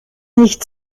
nicht